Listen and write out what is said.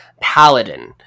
paladin